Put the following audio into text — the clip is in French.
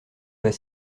pas